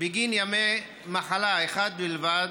בגין יום מחלה אחד בלבד,